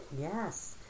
Yes